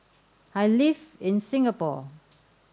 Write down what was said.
I live in Singapore